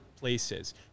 places